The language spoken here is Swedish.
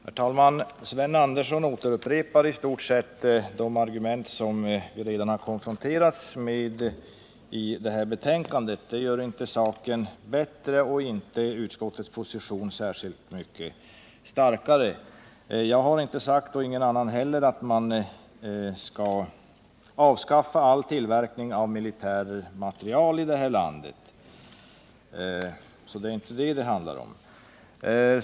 Herr talman! Sven Andersson i Örebro upprepar i stort sett de argument som vi redan har konfronterats med i betänkandet. Det gör inte saken bättre och inte utskottets position särskilt mycket starkare. Jag har inte sagt, och ingen annan heller, att man skall avskaffa all tillverkning av militär materiel i det här landet, så det är inte detta det handlar om.